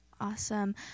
Awesome